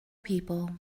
people